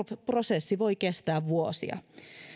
prosessi voi kestää vuosia